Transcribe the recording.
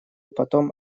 потом